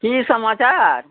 की समाचार